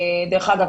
אגב,